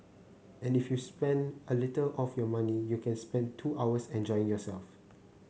and if you spend a little of your money you can spend two hours enjoying yourself